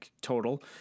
total